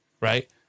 right